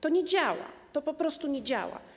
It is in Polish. To nie działa, to po prostu nie działa.